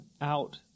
out